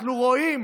אנחנו רואים